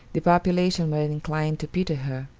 the population were inclined to pity her,